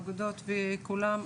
אגודות וכולם.